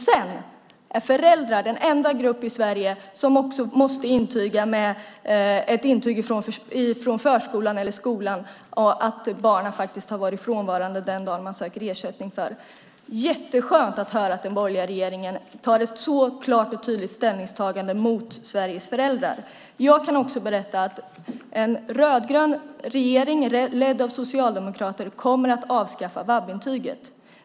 Sedan är föräldrar den enda grupp i Sverige som måste ha ett intyg till, ett intyg från förskolan eller skolan om att barnen faktiskt har varit frånvarande den dag man söker ersättning för. Det är jätteskönt att höra att den borgerliga regeringen tar ett så klart och tydligt ställningstagande mot Sveriges föräldrar. Jag kan berätta att en rödgrön regering ledd av socialdemokrater kommer att avskaffa VAB-intyget.